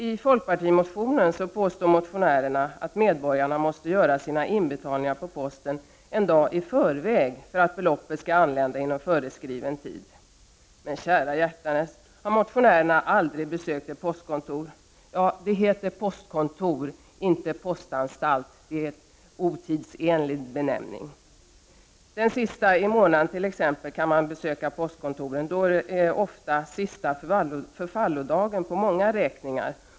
I folkpartimotionen påstår motionärerna att medborgarna måste göra sina inbetalningar på posten en dag i förväg för att beloppet skall anlända inom föreskriven tid. Men kära hjärtanes, man kan fråga sig om motionärerna aldrig har besökt ett postkontor — ja, det heter ”postkontor”, inte ”postanstalt” som är en otidsenlig benämning — den sista vardagen i månaden som ofta är sista förfallodagen för många räkningar.